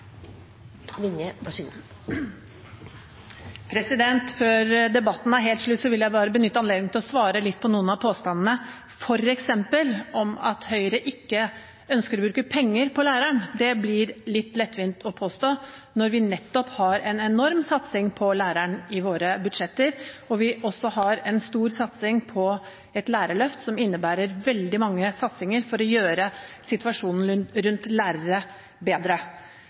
slutt, vil jeg benytte anledningen til å svare på noen av påstandene, f.eks. om at Høyre ikke ønsker å bruke penger på læreren. Det blir litt lettvint å påstå når vi nettopp har en enorm satsing på læreren i våre budsjetter, og når vi også har en stor satsing på et lærerløft som innebærer veldig mange satsinger for å gjøre situasjonen